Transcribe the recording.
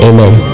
Amen